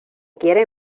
quiere